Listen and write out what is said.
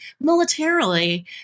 militarily